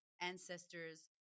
ancestors